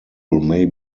may